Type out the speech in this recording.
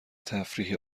تفریحی